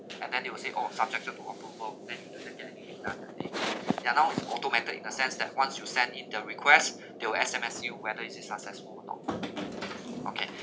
and then they will say oh subjected to approval you can get everything done already ya loh is automated in the sense that once you send in the request they will S_M_S you whether it is successful or not okay